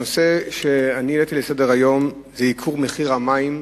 הנושא שהעליתי לסדר-היום הוא ייקור המים,